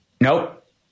Nope